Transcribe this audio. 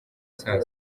saa